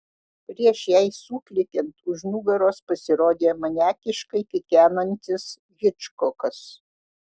prieš jai suklykiant už nugaros pasirodė maniakiškai kikenantis hičkokas